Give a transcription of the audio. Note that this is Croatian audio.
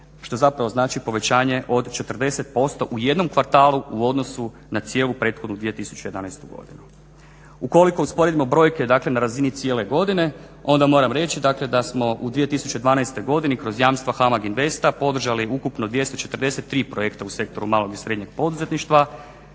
što zapravo znači povećanje od 40% u jednom kvartalu u odnosu na cijelu prethodnu 2011. godinu. Ukoliko usporedimo brojke dakle na razini cijele godine onda moram reći dakle da smo u 2012. godini kroz jamstva HAMAG Investa podržali ukupno 243 projekta u sektoru malog i srednjeg poduzetništva